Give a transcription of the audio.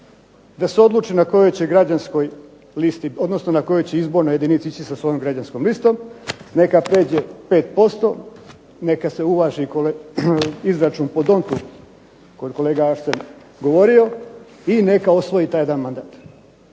listi, odnosno na kojoj će izbornoj jedinici ići sa svojom građanskom listom neka prijeđe 5%, neka se uvaži izračun po Dontu koji je kolega Arsen govorio i neka osvoji taj jedan mandat.